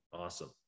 Awesome